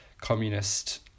communist